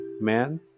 man